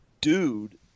dude